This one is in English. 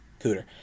Cooter